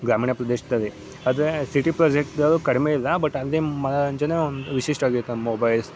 ಗ್ರಾಮೀಣ ಪ್ರದೇಶದಲ್ಲಿ ಅದೇ ಸಿಟಿ ಪ್ರದೇಶದಲ್ಲು ಕಡಿಮೆ ಇಲ್ಲ ಬಟ್ ಅಲ್ಲಿ ಮನೋರಂಜನೆ ವಿಶಿಷ್ಟವಾಗಿರ್ತದೆ ಮೊಬೈಲ್ಸ್